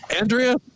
Andrea